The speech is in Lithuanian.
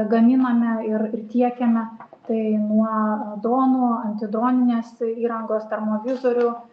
gaminame ir ir tiekiame tai nuo dronų antidroninės įrangos termovizorių